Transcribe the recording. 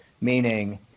meaning